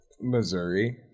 Missouri